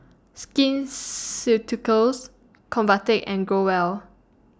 Skin Ceuticals Convatec and Growell